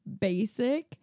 basic